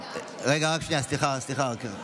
45 בעד, 37 מתנגדים.